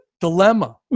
dilemma